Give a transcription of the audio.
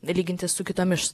nelyginti su kitomis